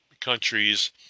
countries